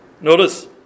Notice